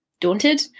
daunted